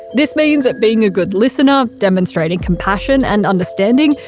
this means being a good listener, demonstrating compassion and understanding,